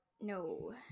no